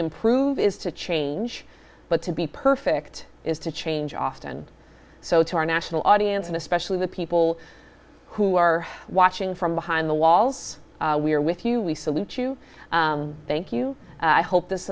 improve is to change but to be perfect is to change often so to our national audience and especially the people who are watching from behind the walls we are with you we salute you thank you i hope this